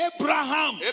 Abraham